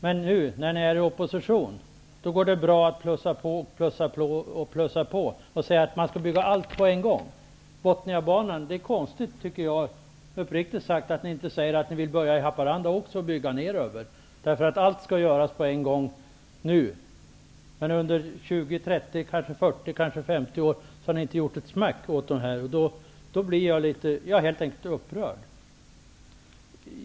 Men nu, när ni är i opposition, går det bra att bara plussa på och säga att man skall bygga allt på en gång. Uppriktigt sagt tycker jag att det är konstigt att ni inte säger att ni vill börja bygga Botniabanan i Haparanda och fortsätta neröver. Allt skall göras på en gång, nu. Under lång tid, kanske 50 år, har ni inte gjort ett smack. Jag blir helt enkelt upprörd.